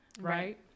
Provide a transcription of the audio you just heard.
Right